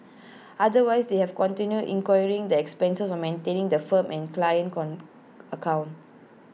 otherwise they have continue incurring the expenses of maintaining the firm and client con account